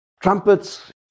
trumpets